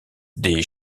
des